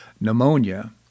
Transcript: pneumonia